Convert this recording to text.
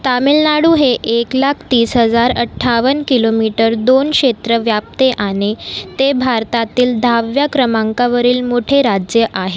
तामिळनाडू हे एक लाख तीस हजार अठ्ठावन्न किलोमीटर दोन क्षेत्र व्यापते आणि ते भारतातील दहाव्या क्रमांकावरील मोठे राज्य आहे